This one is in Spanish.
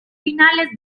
finales